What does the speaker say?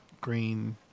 Green